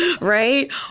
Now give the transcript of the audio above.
right